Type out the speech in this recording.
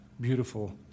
beautiful